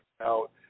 out